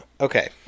Okay